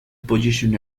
position